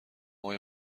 آقای